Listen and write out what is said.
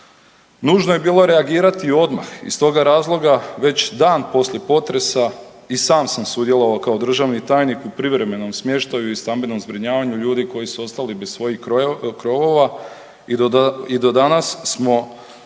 Nužno je bilo reagirati odmah iz toga razloga već dan poslije potresa i sam sam sudjelovao kao državni tajnik u privremenom smještaju i stambenom zbrinjavanju ljudi koji su ostali bez svojih krovova i do danas smo